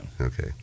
Okay